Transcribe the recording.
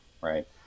Right